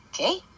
Okay